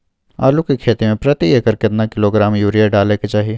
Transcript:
आलू के खेती में प्रति एकर केतना किलोग्राम यूरिया डालय के चाही?